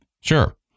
Sure